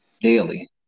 daily